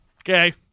Okay